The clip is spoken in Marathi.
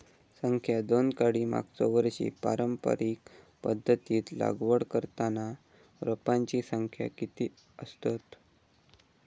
संख्या दोन काडी मागचो वर्षी पारंपरिक पध्दतीत लागवड करताना रोपांची संख्या किती आसतत?